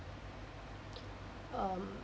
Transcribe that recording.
um